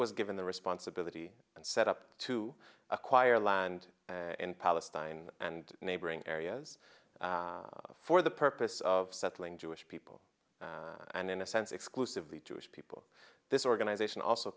was given the responsibility and set up to acquire land and palestine and neighboring areas for the purpose of settling jewish people and in a sense exclusively jewish people this organization also